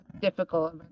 difficult